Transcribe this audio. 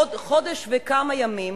בעוד חודש וכמה ימים